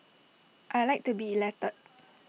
I Like to be elected